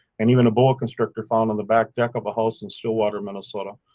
and even a boa constrictor found on the back deck of a house in stillwater, minnesota.